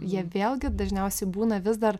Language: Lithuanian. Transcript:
jie vėlgi dažniausiai būna vis dar